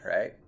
right